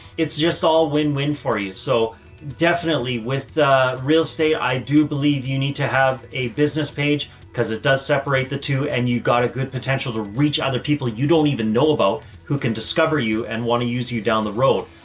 it's just all win win for you. so definitely with the real estate, i do believe you need to have a business page because it does separate the two and you got a good potential to reach other people you don't even know about who can discover you and want to use you down the road.